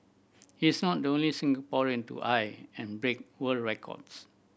he is not the only Singaporean to eye and break world records